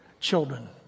children